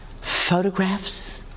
photographs